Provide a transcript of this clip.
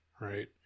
right